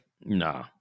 No